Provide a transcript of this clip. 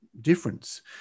difference